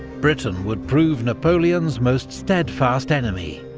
britain would prove napoleon's most steadfast enemy,